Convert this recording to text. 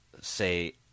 say